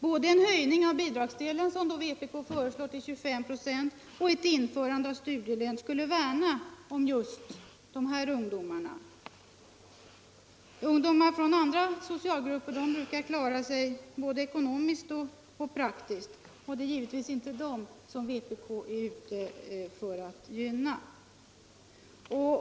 Både en höjning av bidragsdelen till 25 96, som vpk föreslår, och ett införande av studielön skulle värna om just de här ungdomarna. Ungdomar från andra socialgrupper brukar klara sig både ekonomiskt och praktiskt, och det är givetvis inte dem vpk är ute för att gynna.